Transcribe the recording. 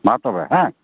ᱢᱟ ᱛᱚᱵᱮ ᱦᱮᱸ